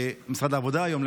משרד העבודה היום,